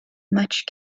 much